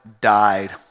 died